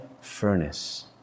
furnace